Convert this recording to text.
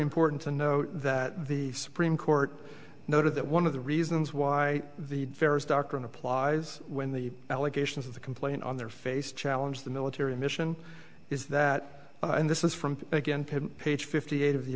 important to note that the supreme court noted that one of the reasons why the fairest doctrine applies when the allegations of the complaint on their face challenge the military mission is that and this is from again page fifty eight of the